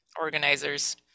organizers